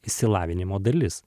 išsilavinimo dalis